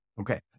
Okay